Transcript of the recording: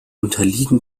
unterliegen